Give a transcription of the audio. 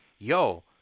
Yo